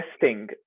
testing